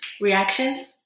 reactions